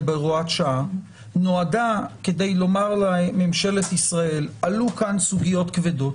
בהוראת שעה נועד כדי לומר לממשלת ישראל שעלו כאן סוגיות כבדות,